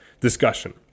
discussion